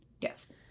Yes